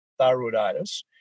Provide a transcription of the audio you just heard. thyroiditis